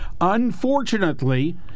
unfortunately